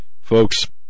Folks